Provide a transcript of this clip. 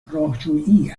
راهجویی